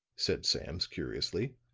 said sam curiously,